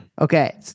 Okay